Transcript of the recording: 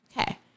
okay